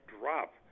drop